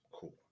Cool